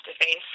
face